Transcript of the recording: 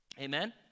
Amen